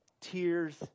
tears